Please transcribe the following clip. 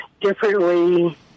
differently